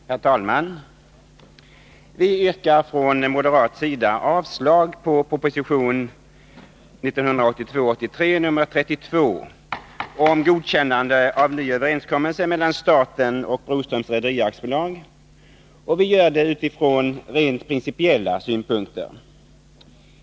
Herr talman! Vi yrkar från moderat sida avslag på propositionen 1982/83:32 om godkännande av ny överenskommelse mellan staten och Broströms Rederi AB, och vi gör det utifrån rent principiella synpunkter.